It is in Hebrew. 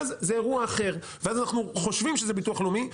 אז בעצם אנחנו חושבים שזה ביטוח לאומי,